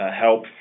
Help